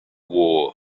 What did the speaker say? war